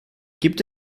gibt